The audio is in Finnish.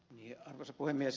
arvoisa puhemies